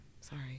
Sorry